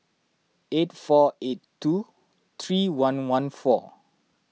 eight four eight two three one one four